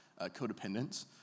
codependence